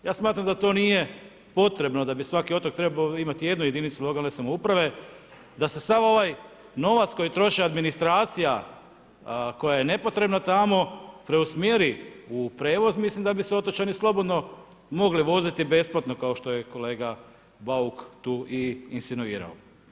Ja smatram da to nije potrebno, da bi svaki otok trebao imati jednu jedinicu lokalne samouprave, da se sav ovaj novac koji troše administracija koja je nepotrebna tamo preusmjeri u prijevoz, mislim da bi se otočani slobodno mogli voziti besplatno, kao što je kolega Bauk tu i insinuirao.